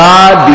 God